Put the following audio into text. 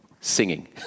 singing